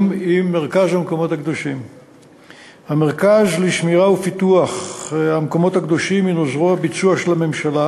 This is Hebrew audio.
3. המרכז לשמירה ופיתוח המקומות הקדושים הנו זרוע ביצוע של הממשלה,